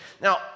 Now